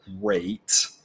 great